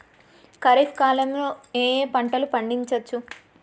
ఖరీఫ్ కాలంలో ఏ ఏ పంటలు పండించచ్చు?